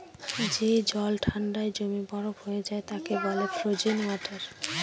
যে জল ঠান্ডায় জমে বরফ হয়ে যায় তাকে বলে ফ্রোজেন ওয়াটার